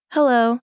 Hello